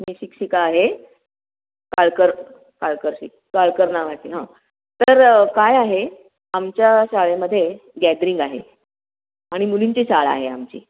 मी शिक्षिका आहे काळकर काळकर शिक काळकर नावाची हां तर काय आहे आमच्या शाळेमध्ये गॅदरिंग आहे आणि मुलींची शाळा आहे आमची